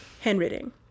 Handwriting